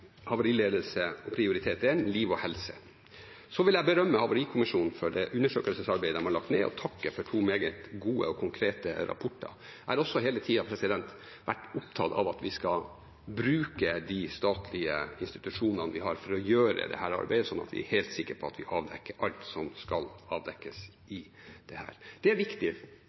havariledelse og prioriterte liv og helse. Så vil jeg berømme Havarikommisjonen for det undersøkelsesarbeidet de har lagt ned, og takke for to meget gode og konkrete rapporter. Jeg har hele tiden vært opptatt av at vi skal bruke de statlige institusjonene vi har for å gjøre dette arbeidet sånn at vi er helt sikre på at vi avdekker alt som skal avdekkes i dette. Det er viktig.